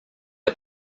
are